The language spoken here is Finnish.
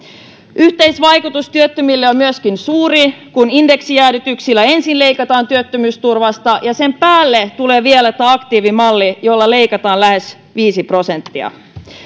yhteisvaikutus työttömille on suuri kun indeksijäädytyksillä ensin leikataan työttömyysturvasta ja sen päälle tulee vielä tämä aktiivimalli jolla leikataan lähes viisi prosenttia